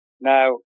Now